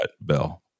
Bell